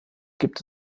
gibt